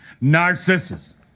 Narcissus